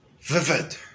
vivid